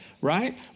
right